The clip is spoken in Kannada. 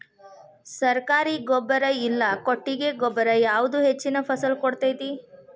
ಸರ್ಕಾರಿ ಗೊಬ್ಬರ ಇಲ್ಲಾ ಕೊಟ್ಟಿಗೆ ಗೊಬ್ಬರ ಯಾವುದು ಹೆಚ್ಚಿನ ಫಸಲ್ ಕೊಡತೈತಿ?